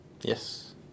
Yes